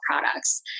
products